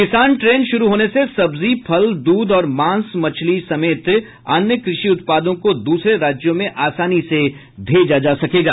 किसान ट्रेन शुरू होने से सब्जी फल दूध और मांस मछली समेत अन्य कृषि उत्पादों को दूसरे राज्यों में आसानी से भेजा जा सकेगा